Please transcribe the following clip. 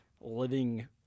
living